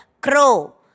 crow